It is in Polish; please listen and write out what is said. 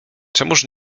czemuż